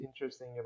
interesting